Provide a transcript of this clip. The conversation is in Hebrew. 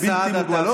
הן בלתי מוגבלות?